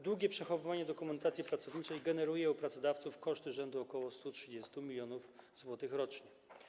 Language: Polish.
Długie przechowywanie dokumentacji pracowniczej generuje u pracodawców koszty rzędu ok. 130 mln zł rocznie.